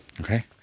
okay